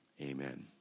Amen